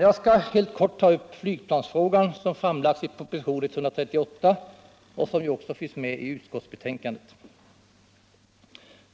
Jag skall helt kort ta upp flygplansfrågan som framlagts i propositionen 138 och som också finns med i utskottsbetänkandet.